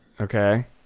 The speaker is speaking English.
okay